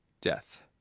death